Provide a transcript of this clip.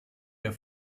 der